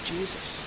Jesus